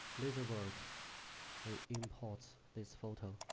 laser work we import this photo